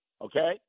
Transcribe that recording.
okay